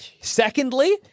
Secondly